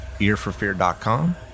earforfear.com